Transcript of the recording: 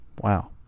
wow